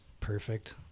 perfect